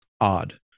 odd